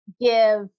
give